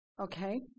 okay